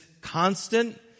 constant